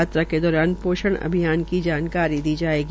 यात्रा के दौरान पोषण अभियान की जानकारी दी जायेगी